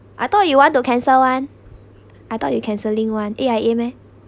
I thought you want to cancel [one] I thought you canceling [one] A_I_A meh